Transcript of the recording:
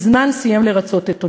כבר מזמן סיים לרצות את עונשו?